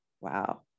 wow